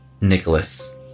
Nicholas